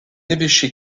évêché